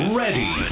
ready